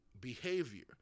behavior